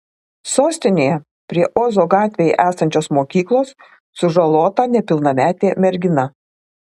sostinėje prie ozo gatvėje esančios mokyklos sužalota nepilnametė mergina